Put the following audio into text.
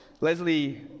Leslie